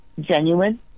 genuine